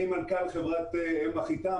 אני מנכ"ל של מפעל אם החיטה,